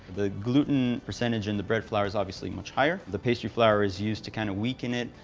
the gluten percentage in the bread flour is obviously much higher. the pastry flour is used to kind of weaken it,